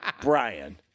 Brian